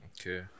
Okay